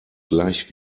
gleich